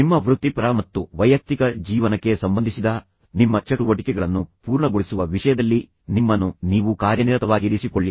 ನಿಮ್ಮ ವೃತ್ತಿಪರ ಮತ್ತು ವೈಯಕ್ತಿಕ ಜೀವನಕ್ಕೆ ಸಂಬಂಧಿಸಿದ ನಿಮ್ಮ ಚಟುವಟಿಕೆಗಳನ್ನು ಪೂರ್ಣಗೊಳಿಸುವ ವಿಷಯದಲ್ಲಿ ನಿಮ್ಮನ್ನು ನೀವು ಕಾರ್ಯನಿರತವಾಗಿರಿಸಿಕೊಳ್ಳಿ